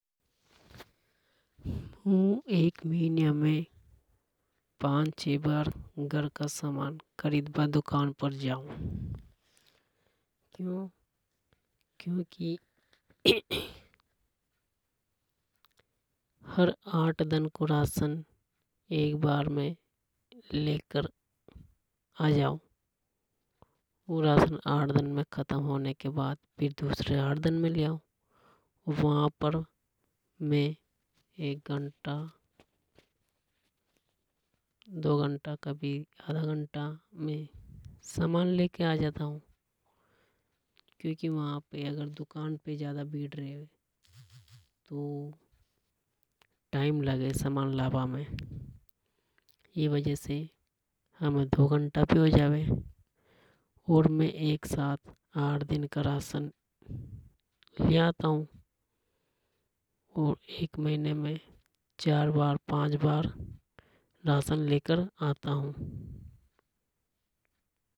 मु एक मिनियां में पांच छः बार घर का सामान खरीदबा दुकान पर जाऊ क्यों क्योंकि हर आठ दन को राशन एक बार में लेकर आजाऊ वो राशन आठ दन में खतम होबा के फेर दूसरों आठ दन को ले आऊ। वहां पर में कभी एक घंटा दो घंटा कभी आधा घंटा में सामान लेके आ जाता हूं। क्योंकि वहां अगर दुकान पे ज्यादा भीड़ रेवे तो टाइम लगे सामान लांबा में ई वजह से हमें दो घंटा भी हो जावे और में एक साथ आठ दिन का राशन ले आता हूं। एक महीने में चार बार पांच बार राशन लेके आता हूं।